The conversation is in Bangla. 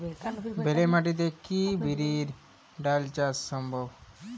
বেলে মাটিতে কি বিরির ডাল চাষ সম্ভব?